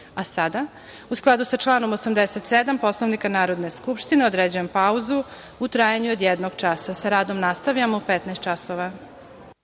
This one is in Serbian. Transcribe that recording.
u skladu sa članom 87. Poslovnika Narodne skupštine, određujem pauzu u trajanju od jednog časa. Sa radom nastavljamo u 15.00